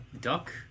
duck